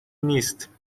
نیست